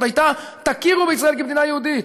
הייתה: תכירו בישראל כמדינה יהודית.